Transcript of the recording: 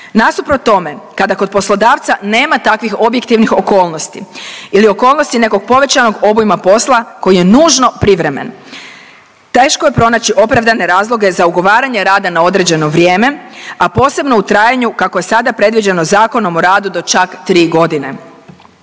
Nasuprot tome, kada kod poslodavca nema takvih objektivnih okolnosti ili okolnosti nekog povećanog obujma posla koji je nužno privremen. Teško je pronaći opravdane razloge za ugovaranje rada na određeno vrijeme, a posebno u trajanju, kako je sada predviđeno Zakonom o radu do čak 3 godine.